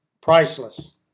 priceless